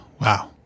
wow